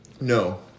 No